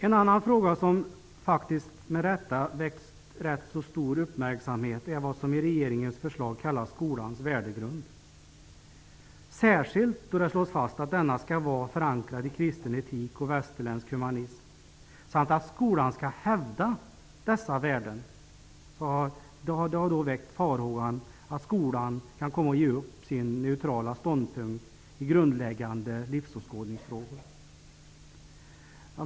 En annan fråga som med rätta väckt ganska stor uppmärksamhet är det som i regeringens förslag kallas skolans värdegrund, särskilt då det slås fast att denna skall vara förankrad i kristen etik och västerländsk humanism samt att skolan skall hävda dessa värden. Det har väckt farhågan att skolan kan komma att ge upp sin neutralitet i grundläggande livsåskådningsfrågor.